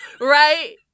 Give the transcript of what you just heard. Right